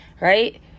right